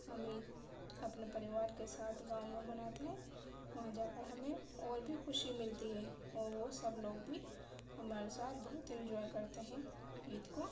ہم عید اپنے پریوار کے ساتھ گاؤں میں مناتے ہیں وہاں جاکر ہمیں اور بھی خوشی ملتی ہے اور وہ سب لوگ بھی ہمارے ساتھ بہت انجوائی کرتے ہیں عید کو